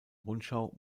rundschau